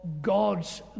God's